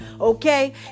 Okay